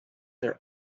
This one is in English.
their